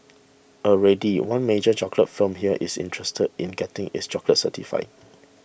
already one major chocolate firm here is interested in getting its chocolates certified